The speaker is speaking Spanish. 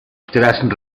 tras